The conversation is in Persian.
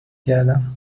کردم